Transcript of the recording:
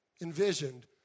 envisioned